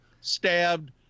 stabbed